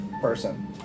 person